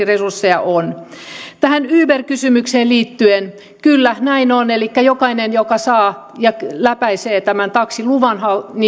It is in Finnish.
resursseja on riittävästi tähän uber kysymykseen liittyen kyllä näin on elikkä jokainen joka saa ja läpäisee tämän taksiluvan